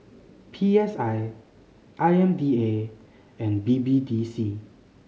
P S I I M D A and B B D C